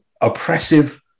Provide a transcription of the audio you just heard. oppressive